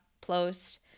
post